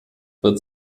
wird